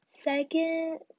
Second